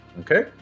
Okay